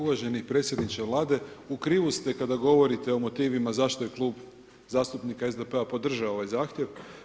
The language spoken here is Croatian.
Uvaženi predsjedniče Vlade, u krivu ste kada govorite o motivima, zašto je Klub zastupnika SDP-a podržao ovaj zahtjev.